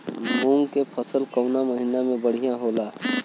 मुँग के फसल कउना महिना में बढ़ियां होला?